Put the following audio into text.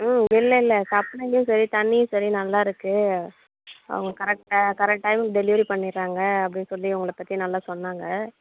ம் இல்லை இல்லை சப்ளையும் சரி தண்ணியும் சரி நல்லா இருக்கு அவங்க கரக்ட் கரக்ட் டைம்க்கு டெலிவரி பண்ணிர்றாங்க அப்படினு சொல்லி உங்களை பற்றி நல்லா சொன்னாங்க